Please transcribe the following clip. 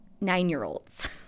nine-year-olds